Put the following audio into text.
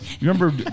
Remember